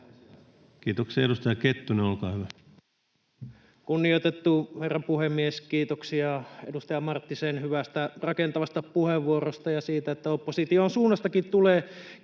muuttamisesta Time: 16:26 Content: Kunnioitettu herra puhemies! Kiitoksia edustaja Marttisen hyvästä, rakentavasta puheenvuorosta ja siitä, että opposition suunnastakin tulee kiitosta